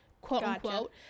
quote-unquote